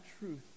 truth